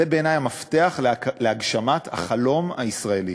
זה בעיני המפתח להגשמת החלום הישראלי.